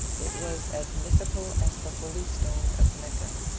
it was as mythical as the holy stone of mecca.